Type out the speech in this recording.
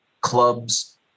clubs